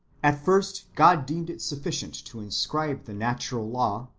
at first god deemed it sufficient to inscribe the natural law,